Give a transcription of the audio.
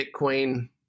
Bitcoin